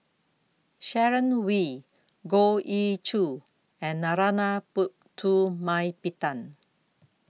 Sharon Wee Goh Ee Choo and Narana Putumaippittan